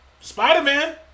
Spider-Man